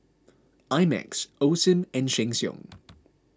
I Max Osim and Sheng Siong